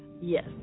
yes